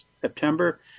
September